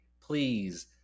please